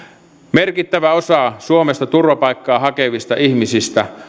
merkittävä osa suomesta turvapaikkaa hakevista ihmisistä